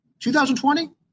2020